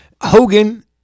Hogan